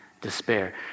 despair